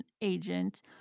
agent